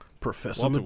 Professor